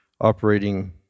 operating